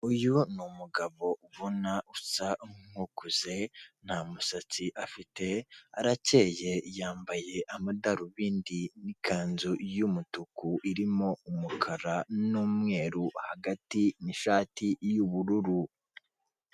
Uyu ni umugabo ubona usa nk'ukuze, nta musatsi afite, arakeye yambaye amadarubindi, n'ikanzu y'umutuku irimo umukara n'umweru hagati, n'ishati y'ubururu.